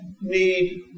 need